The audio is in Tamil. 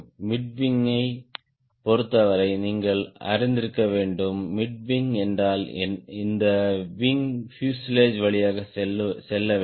மிட் விங்கைப் பொறுத்தவரை நீங்கள் அறிந்திருக்க வேண்டும் மிட் விங் என்றால் இந்த விங் பியூசேலாஜ் வழியாக செல்ல வேண்டும்